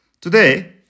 Today